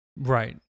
right